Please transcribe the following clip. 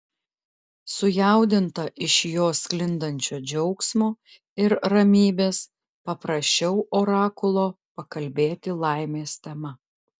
sujaudinta iš jo sklindančio džiaugsmo ir ramybės paprašiau orakulo pakalbėti laimės tema